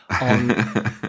on